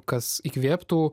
kas įkvėptų